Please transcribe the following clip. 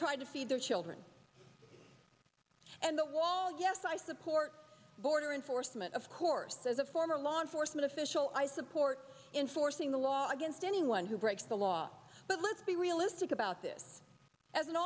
trying to feed their children and the wall yes i support border enforcement of course as a former law enforcement official i support in forcing the law against anyone who breaks the law but let's be realistic about this as an